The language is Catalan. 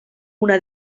una